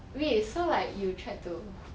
wait so like you tried to